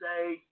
say